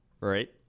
Right